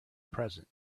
present